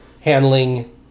handling